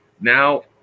Now